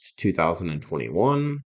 2021